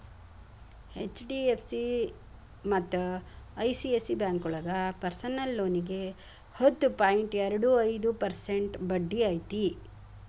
HDFC ಮತ್ತ ICICI ಬ್ಯಾಂಕೋಳಗ personal ಲೋನಿಗಿ ಹತ್ತು ಪಾಯಿಂಟ್ ಎರಡು ಐದು ಪರ್ಸೆಂಟ್ ಬಡ್ಡಿ ಐತಿ